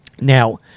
Now